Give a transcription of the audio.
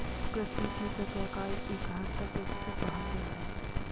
पृथ्वी की सतह का इकहत्तर प्रतिशत भाग जल है